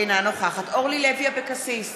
אינה נוכחת אורלי לוי אבקסיס,